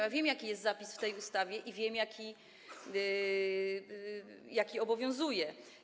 Ja wiem, jaki jest zapis w tej ustawie, i wiem, jaki obowiązuje.